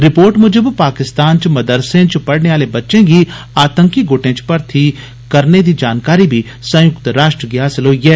report मुजब पाकिस्तान च मदरसे च पढ़ने आले बच्चें गी आतंकी गुटें च भर्थी करने दी जानकारी बी संयुक्त राष्ट्र गी हासल होई ऐ